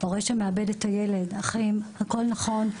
הורה שמאבד את הילד, אחים הכול נכון.